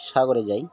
সাগরে যাই